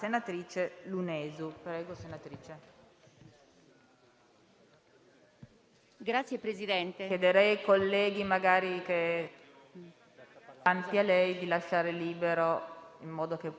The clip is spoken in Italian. Signor Presidente, colleghe e colleghi, strade devastate, attività distrutte,